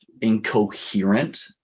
incoherent